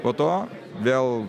po to vėl